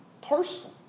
person